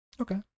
Okay